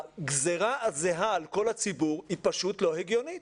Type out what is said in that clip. הגזירה הזהה על כל הציבור היא פשוט לא הגיונית.